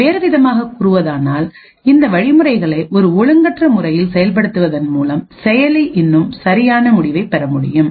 வேறு விதமாக கூறுவதானால் இந்த வழிமுறைகளை ஒரு ஒழுங்கற்ற முறையில் செயல்படுத்துவதன் மூலம் செயலி இன்னும் சரியான முடிவைப் பெற முடியும்